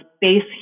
base